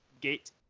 gate